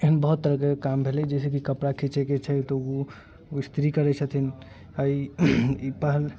एहन बहुत तरहके काम भेलै जैसेकि कपड़ा खीचैके छै तऽ ओ स्त्री करैत छथिन आ ई